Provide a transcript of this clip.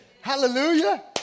Hallelujah